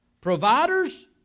providers